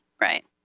Right